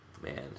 Man